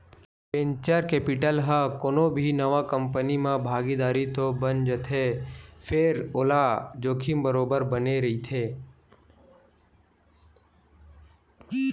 venture capital ह कोनो भी नवा कंपनी म भागीदार तो बन जाथे फेर ओला जोखिम बरोबर बने रहिथे